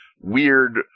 weird